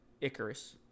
Icarus